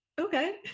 okay